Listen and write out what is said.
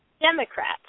Democrats